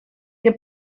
que